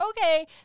okay